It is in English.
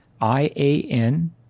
i-a-n